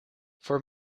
voor